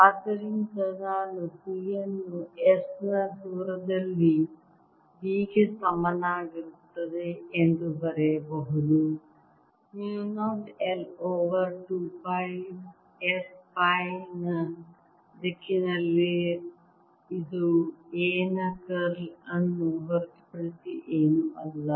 ಆದ್ದರಿಂದ ನಾನು B ಅನ್ನು s ನ ದೂರದಲ್ಲಿ B ಗೆ ಸಮನಾಗಿರುತ್ತದೆ ಎಂದು ಬರೆಯಬಹುದು mu 0 I over 2 pi s pi ನ ದಿಕ್ಕಿನಲ್ಲಿ ಇದು A ನ ಕರ್ಲ್ ಅನ್ನು ಹೊರತುಪಡಿಸಿ ಏನೂ ಅಲ್ಲ